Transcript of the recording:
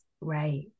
right